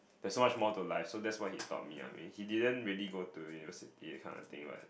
there's so much more to life so that's what he taught me uh he didn't really go to university that kind of thing but